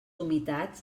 humitats